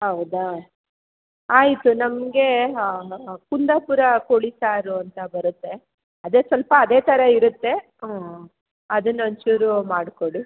ಹೌದಾ ಆಯಿತು ನಮಗೆ ಕುಂದಾಪುರ ಕೋಳಿ ಸಾರು ಅಂತ ಬರುತ್ತೆ ಅದೇ ಸ್ವಲ್ಪ ಅದೇ ಥರ ಇರುತ್ತೆ ಅದನ್ನು ಒಂಚೂರು ಮಾಡಿಕೊಡಿ